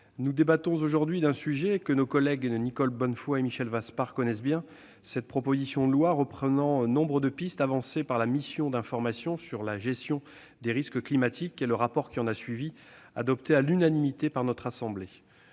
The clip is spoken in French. nous débattons aujourd'hui d'un sujet que nos collègues Nicole Bonnefoy et Michel Vaspart connaissent bien, cette proposition de loi reprenant nombre de pistes avancées par la mission d'information sur la gestion des risques climatiques et le rapport qui s'en est ensuivi, adopté à l'unanimité par notre assemblée.